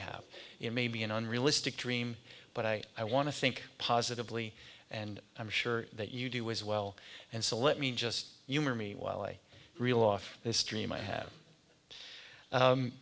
have it may be an unrealistic dream but i i want to think positively and i'm sure that you do as well and so let me just you me while a real off this dream i have